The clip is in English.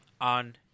on